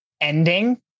ending